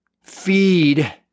feed